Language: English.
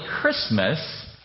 Christmas